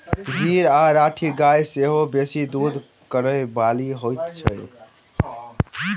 गीर आ राठी गाय सेहो बेसी दूध करय बाली होइत छै